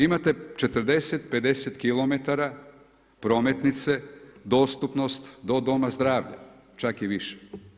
Imate 40, 50 km prometnice dostupnost do Doma zdravlja, čak i više.